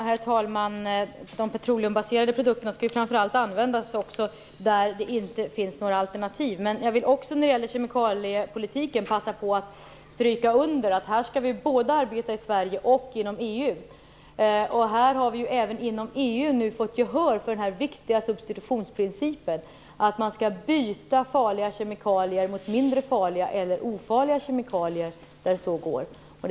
Herr talman! De petroleumbaserade produkterna skall framför allt användas då det inte finns några alternativ. När det gäller kemikaliepolitiken vill jag passa på att stryka under att vi skall arbeta både i Sverige och inom EU. Även inom EU har vi nu fått gehör för den här viktiga substitutionsprincipen att man skall byta farliga kemikalier mot mindre farliga eller ofarliga kemikalier där det är möjligt.